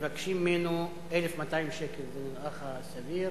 מבקשים ממנו 1,200 ש"ח, זה נראה לך סביר